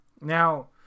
Now